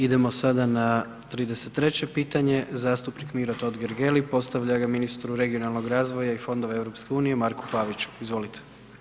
Idemo sada na 33. pitanje, zastupnik Miro Totgergeli postavlja ga ministru regionalnog razvoja i Fondova EU, Marku Paviću, izvolite.